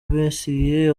besigye